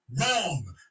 Wrong